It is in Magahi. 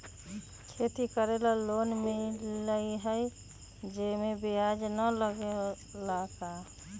खेती करे ला लोन मिलहई जे में ब्याज न लगेला का?